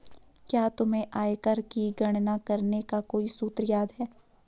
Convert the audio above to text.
क्या तुम्हें आयकर की गणना करने का कोई सूत्र याद है?